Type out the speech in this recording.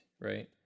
right